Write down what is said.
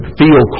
feel